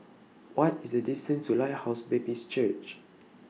What IS The distance to Lighthouse Baptist Church